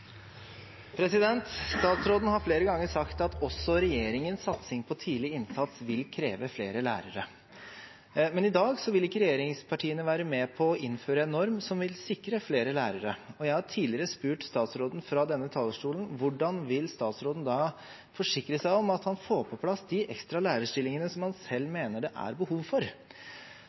Statsråden har flere ganger sagt at regjeringens satsing på tidlig innsats vil kreve flere lærere, men i dag vil ikke regjeringspartiene være med på å innføre en norm som vil sikre flere lærere. Jeg har tidligere spurt statsråden fra denne talerstolen: Hvordan vil statsråden da forsikre seg om at han får på plass de ekstra lærerstillingene som han selv mener det er behov for?